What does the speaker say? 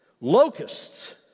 locusts